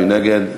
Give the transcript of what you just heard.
מי נגד?